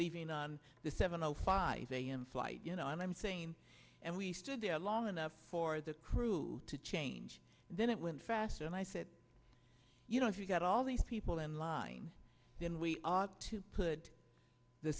leaving on the seven o five a m flight you know and i'm saying and we stood there long enough for the crew to change then it went faster and i said you know if you got all these people in line then we ought to put the